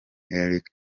eric